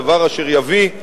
דבר אשר יביא,